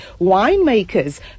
winemakers